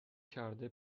کرده